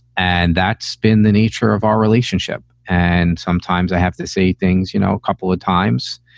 and that spin the nature of our relationship. and sometimes i have to say things, you know, a couple of times.